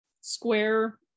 square